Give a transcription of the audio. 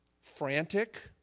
Frantic